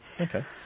Okay